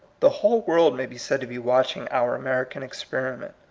the whole world may be said to be watching our american experiment.